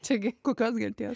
čia gi kokios genties